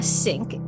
sink